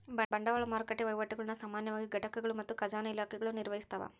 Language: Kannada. ಬಂಡವಾಳ ಮಾರುಕಟ್ಟೆ ವಹಿವಾಟುಗುಳ್ನ ಸಾಮಾನ್ಯವಾಗಿ ಘಟಕಗಳು ಮತ್ತು ಖಜಾನೆ ಇಲಾಖೆಗಳು ನಿರ್ವಹಿಸ್ತವ